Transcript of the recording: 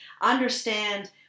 understand